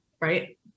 right